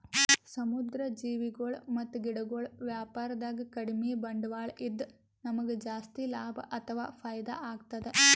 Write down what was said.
ಸಮುದ್ರ್ ಜೀವಿಗೊಳ್ ಮತ್ತ್ ಗಿಡಗೊಳ್ ವ್ಯಾಪಾರದಾಗ ಕಡಿಮ್ ಬಂಡ್ವಾಳ ಇದ್ದ್ ನಮ್ಗ್ ಜಾಸ್ತಿ ಲಾಭ ಅಥವಾ ಫೈದಾ ಆಗ್ತದ್